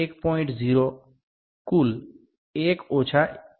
0 કુલ 1 ઓછા 0